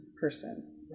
person